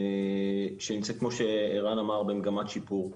שכמו שערן אמר נמצאים במגמת שיפור.